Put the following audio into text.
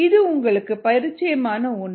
இது உங்களுக்கு பரிச்சயமான ஒன்று